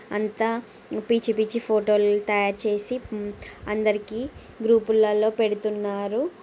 అంతా పిచ్చి పిచ్చి ఫోటోలు తయారు చేసి అందరికి గ్రూపులలో పెడుతున్నారు